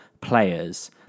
players